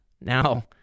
Now